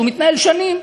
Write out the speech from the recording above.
שמתנהל שנים,